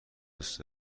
دوست